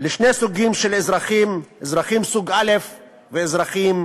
לשני סוגים של אזרחים: אזרחים סוג א' ואזרחים